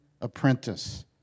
apprentice